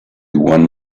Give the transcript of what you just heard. one